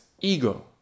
ego